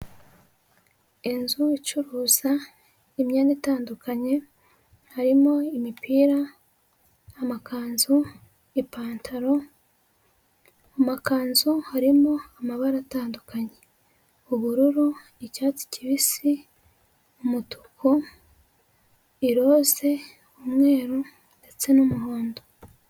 Inzu icuruza imyenda itandukanye, harimo imipira, amakanzu, ipantaro, amakanzu harimo amabara atandukanye, ubururu, icyatsi kibisi, umutuku, iroze, umweru ndetse n'umuhondo.